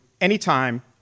anytime